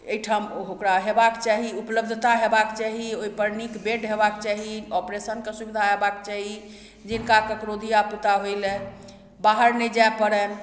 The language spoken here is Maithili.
एहिठाम ओकरा हेबाक चाही उपलब्धता हेबाक चाही ओहिपर नीक बेड हेबाक चाही ऑपरेशन के सुविधा हेबाक चाही जिनका ककरो धियापुता होइला बाहर नहि जा परनि